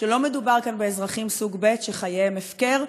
שלא מדובר כאן באזרחים סוג ב' שחייהם הפקר,